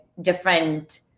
different